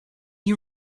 you